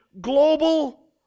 global